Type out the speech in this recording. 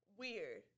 weird